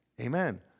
Amen